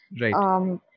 Right